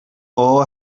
all